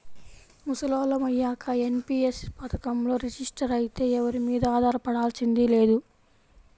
ముసలోళ్ళం అయ్యాక ఎన్.పి.యస్ పథకంలో రిజిస్టర్ అయితే ఎవరి మీదా ఆధారపడాల్సింది లేదు